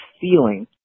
feeling